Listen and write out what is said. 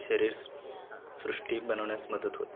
शरीर सृष्टी बनवण्यास मदत होतो